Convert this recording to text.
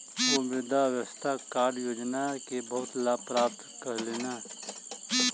ओ मृदा स्वास्थ्य कार्ड योजना के बहुत लाभ प्राप्त कयलह्नि